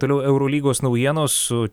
toliau eurolygos naujienos su